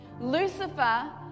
Lucifer